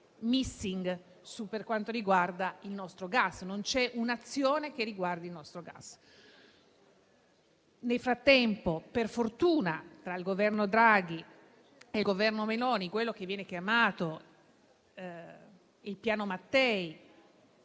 no venisse sconfitta. Invece non c'è un'azione che riguardi il nostro gas. Nel frattempo, per fortuna, tra il Governo Draghi e il Governo Meloni, quello che viene chiamato il Piano Mattei,